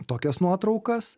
tokias nuotraukas